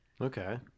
Okay